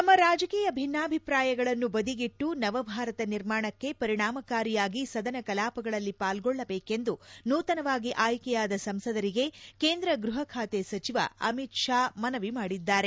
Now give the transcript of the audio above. ತಮ್ಮ ರಾಜಕೀಯ ಭಿನ್ನಾಭಿಪ್ರಾಯಗಳನ್ನು ಬದಿಗಿಟ್ಟು ನವಭಾರತ ನಿರ್ಮಾಣಕ್ಕೆ ಪರಿಣಾಮಕಾರಿಯಾಗಿ ಸದನ ಕಲಾಪಗಳಲ್ಲಿ ಪಾಲ್ಗೊಳ್ಳಬೇಕೆಂದು ನೂತನವಾಗಿ ಆಯ್ತೆಯಾದ ಸಂಸದರಿಗೆ ಕೇಂದ್ರ ಗೃಹ ಖಾತೆ ಸಚಿವ ಅಮಿತ್ ಷಾ ಮನವಿ ಮಾಡಿದ್ದಾರೆ